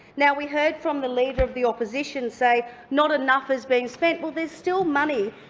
now, we heard from the leader of the opposition say not enough has been spent. well, there's still money,